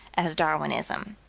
as darwinism.